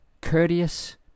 courteous